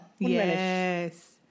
Yes